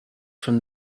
from